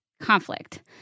conflict